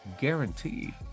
guaranteed